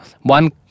one